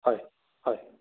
হয় হয়